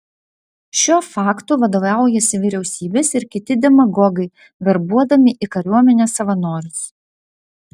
šiuo faktu vadovaujasi vyriausybės ir kiti demagogai verbuodami į kariuomenę savanorius